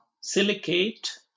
silicate